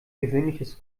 gewöhnliches